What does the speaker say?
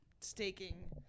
staking